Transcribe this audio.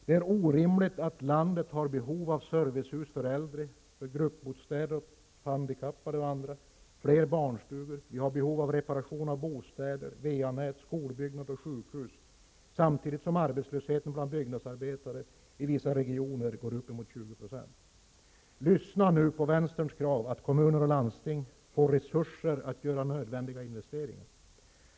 Det är orimligt att landet har behov av servicehus för äldre, gruppbostäder för handikappade och andra, fler barnstugor, behov av reparation av bostäder och VA-nät, skolbyggnader och sjukhus samtidigt som arbetslösheten bland byggnadsarbetare i vissa regioner är uppemot 20 %. Lyssna nu på vänsterns krav att kommuner och landsting får resurser att göra nödvändiga investeringar!